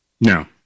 No